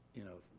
you know,